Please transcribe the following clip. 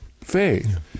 faith